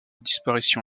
disparition